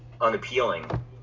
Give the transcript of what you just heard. unappealing